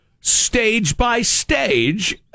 stage-by-stage